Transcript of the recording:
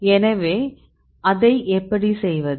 எனவே அதை எப்படி செய்வது